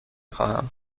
خواهم